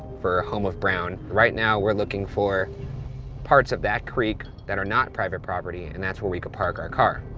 for home of brown. right now we're looking for parts of that creek that are not private property, and that's where we could park our car.